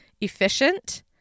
efficient